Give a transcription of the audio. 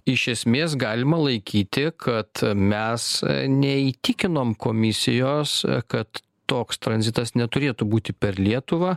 iš esmės galima laikyti kad mes neįtikinom komisijos kad toks tranzitas neturėtų būti per lietuvą